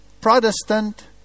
Protestant